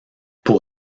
pour